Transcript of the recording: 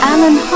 Alan